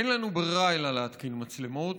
אין לנו ברירה אלא להתקין מצלמות,